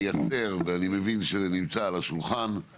ואני מבין שזה נמצא על השולחן,